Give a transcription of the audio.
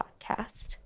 podcast